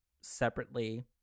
separately